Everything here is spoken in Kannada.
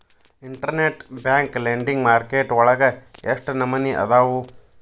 ಇನ್ಟರ್ನೆಟ್ ಬ್ಯಾಂಕ್ ಲೆಂಡಿಂಗ್ ಮಾರ್ಕೆಟ್ ವಳಗ ಎಷ್ಟ್ ನಮನಿಅದಾವು?